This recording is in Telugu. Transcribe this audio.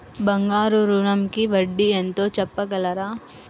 బంగారు ఋణంకి వడ్డీ ఎంతో చెప్పగలరా?